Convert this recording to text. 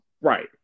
Right